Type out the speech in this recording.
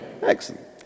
Excellent